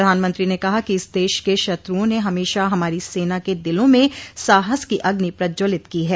प्रधानमंत्री ने कहा कि इस देश के शत्रुओं ने हमेशा हमारी सेना के दिलों में साहस की अग्नि प्रज्जवलित की है